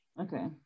Okay